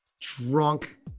drunk